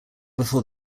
before